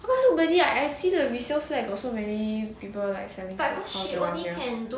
how come nobody I see the resale flat got so many people like selling house she want ya